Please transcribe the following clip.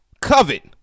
covet